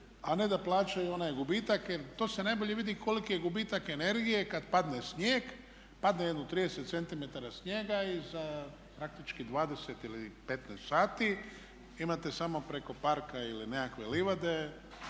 a ne da plaćaju onaj gubitak. Jer to se najbolje vidi koliki je gubitak energije kad padne snijeg, padne jedno 30 cm snijega i za praktički 20 ili 15 sati imate samo preko parka ili nekakve livade